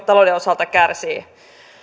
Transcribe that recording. talouden osalta kärsii